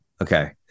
Okay